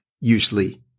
usually